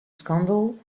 scandal